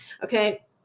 Okay